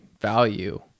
value